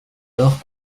alors